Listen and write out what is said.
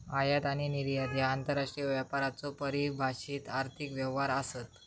आयात आणि निर्यात ह्या आंतरराष्ट्रीय व्यापाराचो परिभाषित आर्थिक व्यवहार आसत